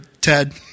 ted